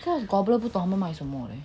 so the problem 不懂要买什么